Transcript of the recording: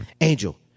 Angel